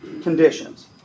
conditions